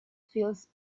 feels